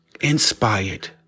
inspired